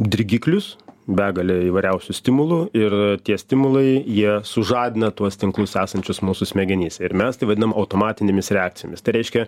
dirgiklius begalę įvairiausių stimulų ir tie stimulai jie sužadina tuos tinklus esančius mūsų smegenys ir mes tai vadinam automatinėmis reakcijomis tai reiškia